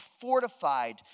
fortified